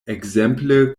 ekzemple